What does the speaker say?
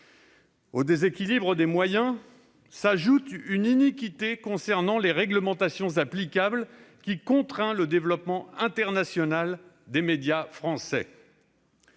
Au déséquilibre des moyens s'ajoute une iniquité concernant les réglementations applicables, qui contraint le développement international des médias français.